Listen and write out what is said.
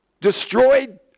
destroyed